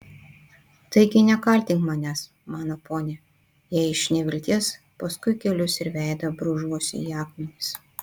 taigi nekaltink manęs mano pone jei iš nevilties paskui kelius ir veidą brūžuosi į akmenis